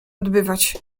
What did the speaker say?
odbywać